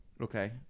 Okay